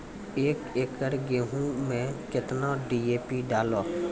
एक एकरऽ गेहूँ मैं कितना डी.ए.पी डालो?